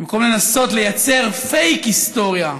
במקום לנסות לייצר פייק היסטוריה,